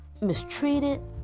mistreated